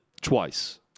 twice